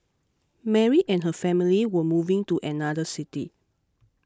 Mary and her family were moving to another city